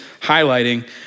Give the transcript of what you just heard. highlighting